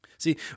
See